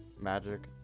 Magic